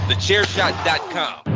TheChairShot.com